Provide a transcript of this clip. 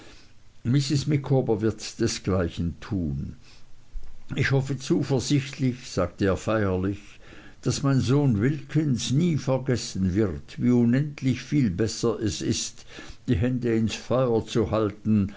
mrs micawber wird desgleichen tun ich hoffe zuversichtlich sagte er feierlich daß mein sohn wilkins nie vergessen wird wie unendlich viel besser es ist die hände ins feuer zu halten